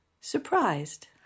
surprised